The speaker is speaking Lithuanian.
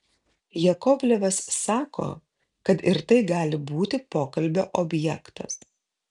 jakovlevas sako kad ir tai gali būti pokalbio objektas